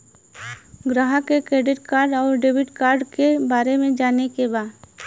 ग्राहक के credit card और डेविड कार्ड के बारे में जाने के बा?